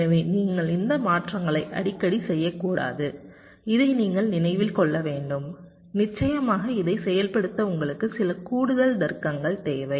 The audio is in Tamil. எனவே நீங்கள் இந்த மாற்றங்களை அடிக்கடி செய்யக்கூடாது இதை நீங்கள் நினைவில் கொள்ள வேண்டும் நிச்சயமாக இதை செயல்படுத்த உங்களுக்கு சில கூடுதல் தர்க்கங்கள் தேவை